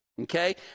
okay